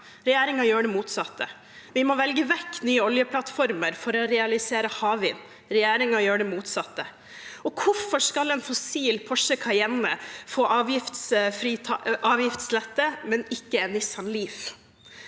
regjeringen gjør det motsatte. Vi må velge vekk nye oljeplattformer for å realisere havvind; regjeringen gjør det motsatte. Hvorfor skal en fossil Porsche Cayenne få avgiftslette, men ikke en Nissan Leaf?